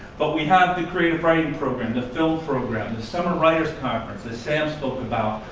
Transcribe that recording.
but we have the creative writing program, the film program, the summer writers conference, as sam spoke about,